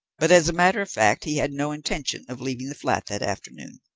but as a matter of fact he had no intention of leaving the flat that afternoon,